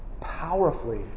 powerfully